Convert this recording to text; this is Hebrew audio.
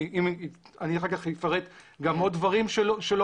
אני אחר כך אפרט על עוד דברים שלא